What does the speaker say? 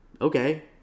okay